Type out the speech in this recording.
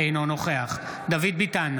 אינו נוכח דוד ביטן,